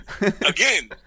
again